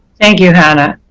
thank you, hannah.